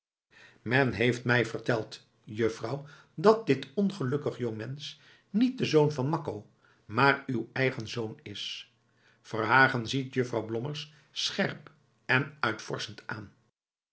men heeft mij verteld juffrouw dat dit ongelukkig jongmensch niet de zoon van makko maar uw eigen zoon is verhagen ziet juffrouw blommers scherp en uitvorschend aan